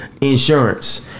insurance